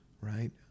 right